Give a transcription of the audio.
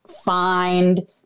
find